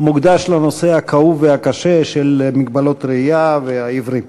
מוקדש לנושא הכאוב והקשה של מגבלות ראייה והעיוורים.